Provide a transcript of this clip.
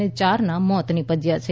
અને યારનાં મોત નીપજ્યાં છે